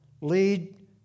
lead